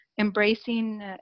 Embracing